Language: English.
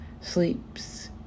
sleeps